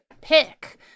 pick